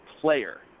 player